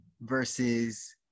versus